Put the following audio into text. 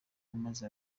maze